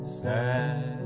sad